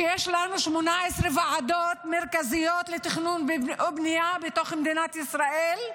יש לנו 18 ועדות מרכזיות לתכנון ובנייה בתוך מדינת ישראל,